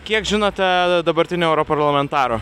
kiek žinote dabartinių europarlamentarų